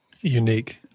Unique